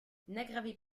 n’aggravez